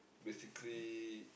basically